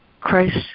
Christ